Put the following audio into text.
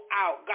out